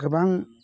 गोबां